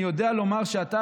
אני יודע לומר שאתה,